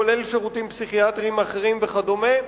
כולל שירותים פסיכיאטריים אחרים וכדומה,